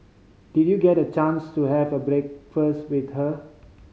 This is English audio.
did you get a chance to have breakfast with her